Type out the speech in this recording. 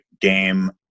game